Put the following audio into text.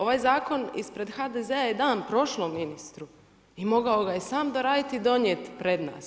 Ovaj zakon ispred HDZ-a je dan prošlom ministru i mogao ga je sam doraditi i donijeti pred nas.